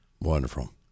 wonderful